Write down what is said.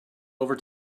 over